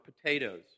potatoes